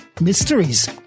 mysteries